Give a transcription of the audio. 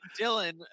dylan